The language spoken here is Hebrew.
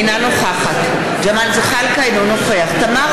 אינה נוכחת ג'מאל זחאלקה, אינו נוכח תמר